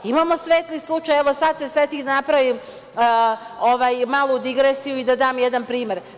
Imamo svetli slučaj, evo sad se setih da napravim malu digresiju i da dam jedan primer.